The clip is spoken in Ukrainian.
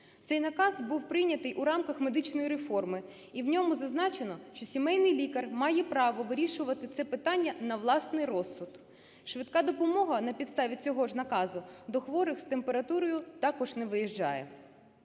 Цей наказ був прийнятий у рамках медичної реформи, і в ньому зазначено, що сімейний лікар має право вирішувати це питання на власний розсуд. Швидка допомога на підставі цього ж наказу до хворих з температурою також не виїжджає.